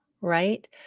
right